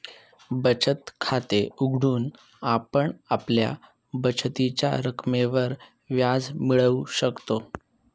बचत खाते उघडून आपण आपल्या बचतीच्या रकमेवर व्याज मिळवू शकतो